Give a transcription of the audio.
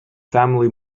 family